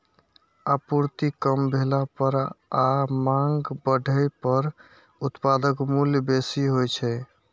आपूर्ति कम भेला पर आ मांग बढ़ै पर उत्पादक मूल्य बेसी होइ छै